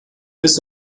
bis